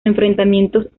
enfrentamientos